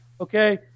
Okay